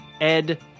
Ed